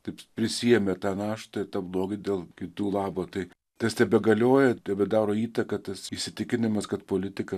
taip prisiėmė tą naštą tą blogį dėl kitų labo tai tas tebegalioja tebedaro įtaką tas įsitikinimas kad politika